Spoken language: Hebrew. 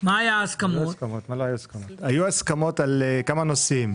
היו הסכמות על כמה נושאים.